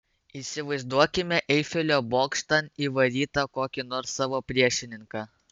įsivaizduokime eifelio bokštan įvarytą kokį nors savo priešininką